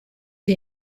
iri